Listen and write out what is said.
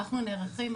אנחנו נערכים,